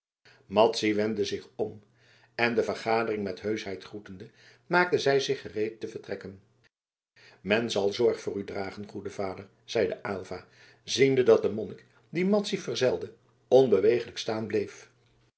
madzy wendde zich om en de vergadering met heuschheid groetende maakte zij zich gereed te vertrekken men zal zorg voor u dragen goede vader zeide aylva ziende dat de monnik die madzy verzelde onbeweeglijk staan bleef